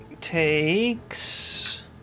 takes